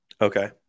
Okay